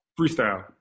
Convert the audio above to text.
Freestyle